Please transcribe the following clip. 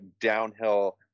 downhill